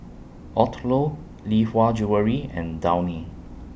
Odlo Lee Hwa Jewellery and Downy